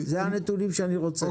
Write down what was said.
אלה הנתונים שאני רוצה.